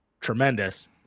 tremendous